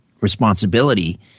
responsibility